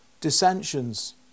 dissensions